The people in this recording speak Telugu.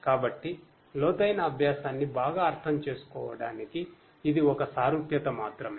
కాబట్టి లోతైన అభ్యాసాన్ని బాగా అర్థం చేసుకోవడానికి ఇది ఒక సారూప్యత మాత్రమే